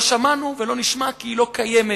לא שמענו ולא נשמע כי היא לא קיימת.